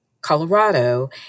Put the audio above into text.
Colorado